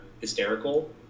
hysterical